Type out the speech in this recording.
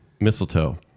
Mistletoe